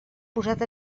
posat